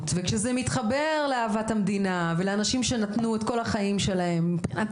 וכשזה מתחבר לאהבת המדינה ולאנשים שנתנו את כל החיים שלהם מבחינת